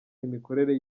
imikorere